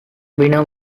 winner